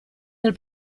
del